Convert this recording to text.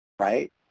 right